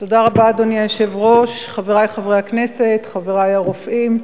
אדוני היושב-ראש, חברי חברי הכנסת, חברי הרופאים,